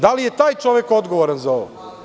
Da li je taj čovek odgovoran za ovo?